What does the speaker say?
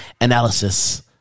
Analysis